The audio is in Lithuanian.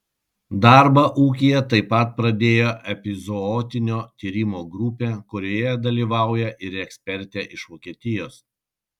darbą ūkyje taip pat pradėjo epizootinio tyrimo grupė kurioje dalyvauja ir ekspertė iš vokietijos